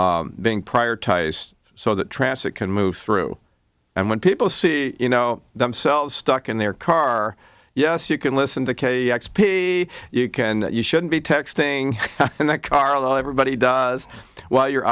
being prior ties so that traffic can move through and when people see you know themselves stuck in their car yes you can listen to k x p you can you shouldn't be texting and that car everybody does while you're